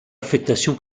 affectation